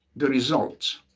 the results.